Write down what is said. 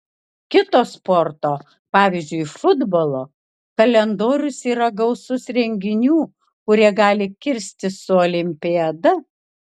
kito sporto pavyzdžiui futbolo kalendorius yra gausus renginių kurie gali kirstis su olimpiada